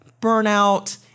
burnout